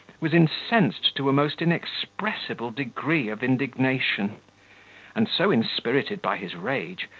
was incensed to a most inexpressible degree of indignation and so inspirited by his rage,